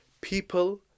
people